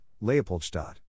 Leopoldstadt